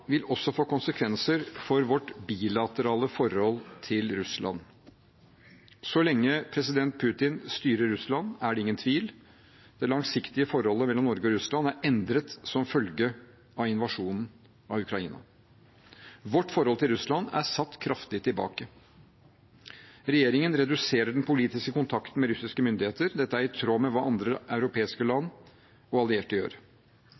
vil også få konsekvenser for vårt bilaterale forhold til Russland. Så lenge president Putin styrer Russland, er det ingen tvil: Det langsiktige forholdet mellom Norge og Russland er endret som følge av invasjonen av Ukraina. Vårt forhold til Russland er satt kraftig tilbake. Regjeringen reduserer den politiske kontakten med russiske myndigheter. Dette er i tråd med hva andre europeiske land og allierte gjør.